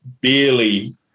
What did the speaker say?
barely